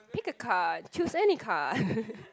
pick a card choose any card